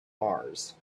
mars